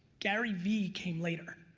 garyvee came later